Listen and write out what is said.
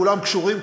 כולם קשורים,